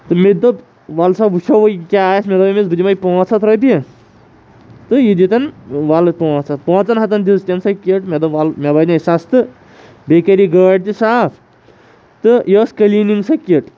تہٕ مےٚ تہِ دوٚپ وَلہٕ سا وٕچھو یہِ کیاہ آسہِ مےٚ دوٚپ أمِس بہٕ دِمٕے پانٛژھ ہَتھ رۄپیہِ تہٕ یہِ دِتن وَلہٕ پانٛژھ ہَتھ پانٛژن ہَتن دِژ تٔمۍ سۄ کِٹ مےٚ دوٚپ وَلہٕ مےٚ بَنے سَستہٕ بیٚیہِ کَرِ یہِ گٲڑۍ تہِ صاف تہٕ یہِ اوس کٔلیٖنِگ سُہ کِٹ